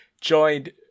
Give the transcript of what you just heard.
joined